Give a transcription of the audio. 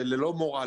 ללא מורא,